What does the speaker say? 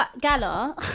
Gala